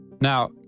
Now